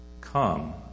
come